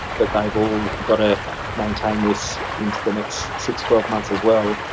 but they have all got to maintain this into the next six, twelve months as well.